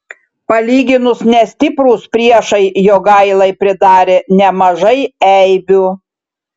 palyginus nestiprūs priešai jogailai pridarė nemažai eibių